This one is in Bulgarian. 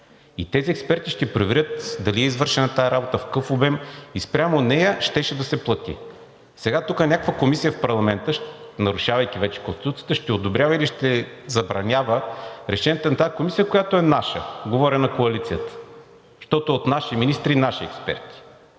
и тези експерти ще проверят дали е извършена тази работа, в какъв обем и спрямо нея щеше да се плати. Сега тук някаква комисия в парламента, нарушавайки вече Конституцията, ще одобрява или ще забранява решенията на тази комисия, която е наша – говоря на коалицията, защото е от наши министри и наши експерти.